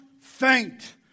faint